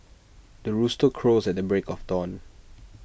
the rooster crows at the break of dawn